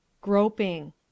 Groping